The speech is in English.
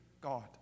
God